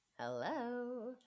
Hello